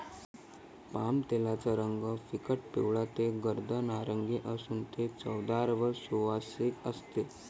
पामतेलाचा रंग फिकट पिवळा ते गर्द नारिंगी असून ते चवदार व सुवासिक असते